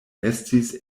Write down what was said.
estis